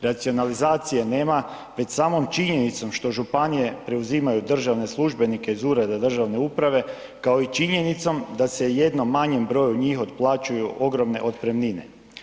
Racionalizacije nema, već samom činjenicom što županije preuzimaju državne službenike iz ureda državne uprave kao i činjenicom da se jednom manjem broju njih otplaćuju ogromne otpremnine.